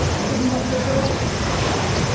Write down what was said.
the the day that he's shipwrecked,